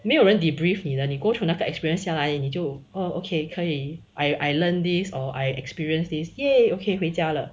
没有人 debrief 你的你 go through 那个 experience 下来你就 oh okay 可以 I learned this or I I experienced this !yay! okay 回家了